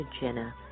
Jenna